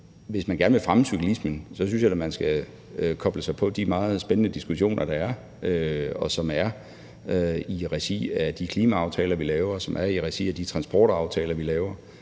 Hvis man gerne vil fremme cyklismen, synes jeg da, man skal koble sig på de meget spændende diskussioner, der er i regi af de klimaaftaler, vi laver, og som er i regi af de transportaftaler, vi laver.